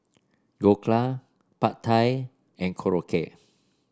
Dhokla Pad Thai and Korokke